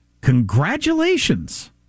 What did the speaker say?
Congratulations